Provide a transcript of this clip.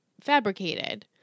fabricated